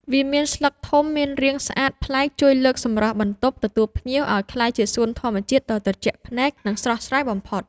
វាមានស្លឹកធំមានរាងស្អាតប្លែកជួយលើកសម្រស់បន្ទប់ទទួលភ្ញៀវឱ្យក្លាយជាសួនធម្មជាតិដ៏ត្រជាក់ភ្នែក និង ស្រស់ស្រាយបំផុត។